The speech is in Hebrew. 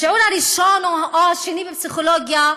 בשיעור הראשון או השני בפסיכולוגיה,